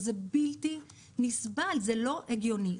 זה בלתי נסבל, זה לא הגיוני.